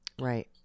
Right